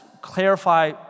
clarify